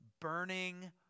burning